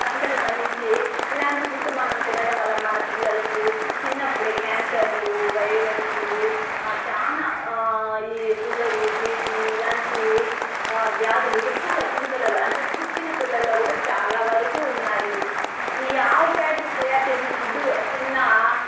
పంటలు పండించి ఇలాంటి ఫుడ్డు మనం తినడం వల్ల మన పిల్లలకు చిన్నప్పుడే క్యాన్సర్లు వైరస్లు చాలా ఈ షుగరు బిపి ఇలాంటి వ్యాధులు ఎక్కువగా చిన్నపిల్లల అంటే పుట్టిన పిల్లల్లో కూడా చాలా వరకు ఉన్నాయి ఈ ఆవు పేడతో తయారుచేసిన ఫుడ్ తిన్న